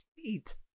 Sweet